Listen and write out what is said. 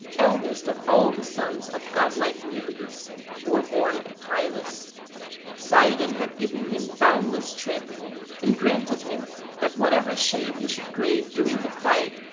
eldest of all the sons of godlike neleus who were born at pylos poseidon had given him boundless strength and granted him that whatever shape he should crave during the fight,